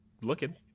looking